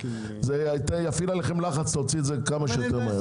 זה יפעיל עליכם לחץ להוציא את זה כמה שיותר מהר.